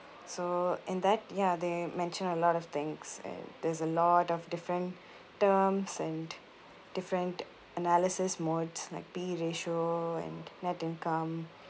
so and that ya they mention a lot of things and there's a lot of different terms and different analysis modes like P_E ratio and net income